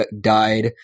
died